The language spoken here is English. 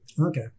Okay